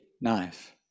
knife